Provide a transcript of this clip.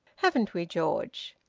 haven't we, george?